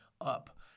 up